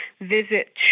visit